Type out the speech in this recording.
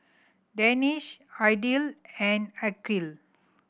Danish Aidil and Aqil